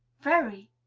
very,